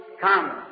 Come